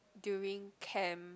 during camp